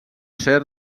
ser